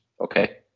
okay